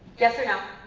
yes or no.